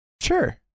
Sure